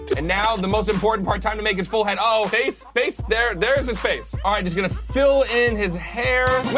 and now the most important part time to make its full head oh face face there there's his face alright just gonna fill in his hair